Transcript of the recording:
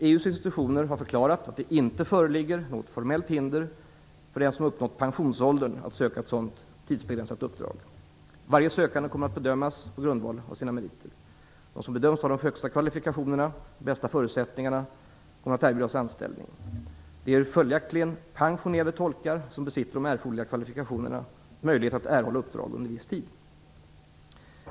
EU:s institutioner har förklarat att det inte föreligger något formellt hinder för den som har uppnått pensionsåldern att söka ett sådant tidsbegränsat uppdrag. Varje sökande kommer att bedömas på grundval av sina meriter. De som bedöms ha de högsta kvalifikationer och de bästa förutsättningarna kommer att erbjudas anställning. Det ger följaktligen pensionerade tolkar som besitter de erforderliga kvalifikationerna möjlighet att erhålla uppdrag under viss tid.